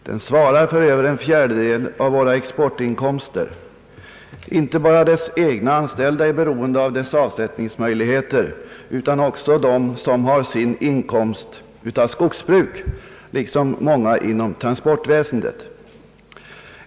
Den svarar för mer än en fjärdedel av våra exportinkomster. Inte bara dess egna anställda är beroende av dess avsättningsmöjligheter, utan också de som har sin inkomst-av skogsbruk, liksom många inom transportväsendet.